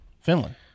Finland